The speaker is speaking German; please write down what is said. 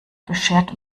beschert